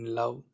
love